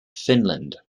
finland